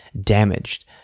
damaged